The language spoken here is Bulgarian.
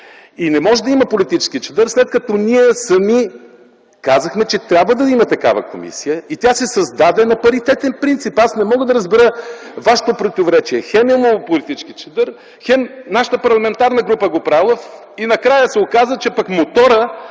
Не може да има политически чадър, след като ние сами казахме, че трябва да има такава комисия и тя се създаде на паритетен принцип. Аз не мога да разбера Вашето противоречие – хем имало политически чадър, хем нашата парламентарна група го правела и накрая се оказа, че пък моторът